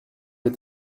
est